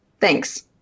Thanks